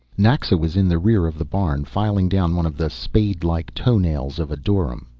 naxa was in the rear of the barn, filing down one of the spadelike toenails of a dorym.